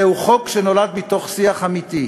זהו חוק שנולד מתוך שיח אמיתי,